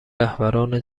رهبران